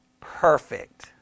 perfect